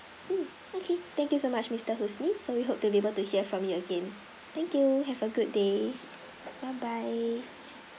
mm okay thank you so much mister husni so we hope to be able to hear from me again thank you have a good day